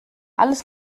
alles